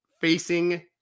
facing